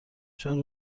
چون